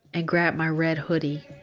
and grab my red hoodie